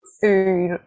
food